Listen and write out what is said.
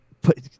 put